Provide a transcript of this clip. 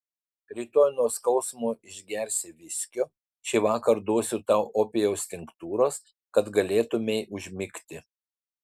rytoj nuo skausmo išgersi viskio šįvakar duosiu tau opijaus tinktūros kad galėtumei užmigti